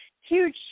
huge